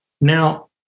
now